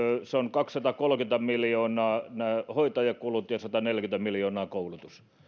kaksisataakolmekymmentä miljoonaa oli hoitajakulut ja sataneljäkymmentä miljoonaa koulutus